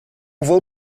vou